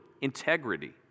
integrity